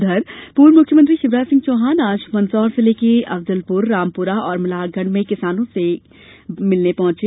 उधर पूर्व मुख्यमंत्री शिवराज सिंह चौहान आज मंदसौर जिले के अफजलपुर रामपुरा और मल्लहारगढ़ में किसानों के बीच पहुंचे